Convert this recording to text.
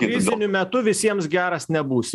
kriziniu metu visiems geras nebūsi